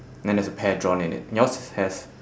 then there's a pear drawn in it yours has